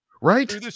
Right